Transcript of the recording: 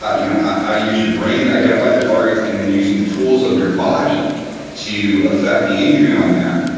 ah you know how how to use your brain to identify the targets and then using the tools of your body to affect the injury on there,